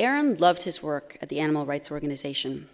aaron loved his work at the animal rights organization